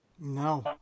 No